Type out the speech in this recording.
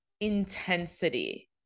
intensity